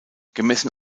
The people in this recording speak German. gemessen